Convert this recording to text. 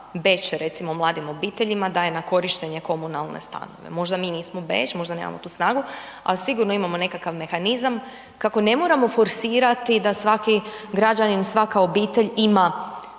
recimo mladim obiteljima daje na korištenje komunalne stanove. Možda mi nismo Beč, možda nemamo tu snagu ali sigurno imamo neki mehanizam kako ne moramo forsirati da svaki građanin, svaka obitelj ima